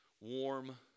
warm